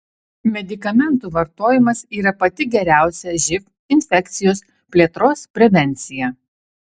medikamentų vartojimas yra pati geriausia živ infekcijos plėtros prevencija